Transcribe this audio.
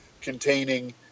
containing